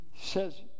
says